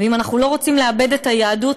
ואם אנחנו לא רוצים לאבד את היהדות,